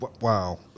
Wow